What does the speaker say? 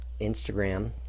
Instagram